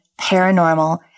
Paranormal